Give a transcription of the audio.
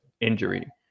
injury